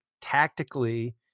tactically